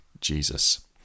jesus